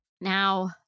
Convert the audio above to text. Now